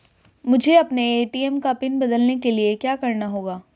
मुझे अपने ए.टी.एम का पिन बदलने के लिए क्या करना होगा?